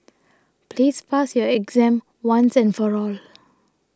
please pass your exam once and for all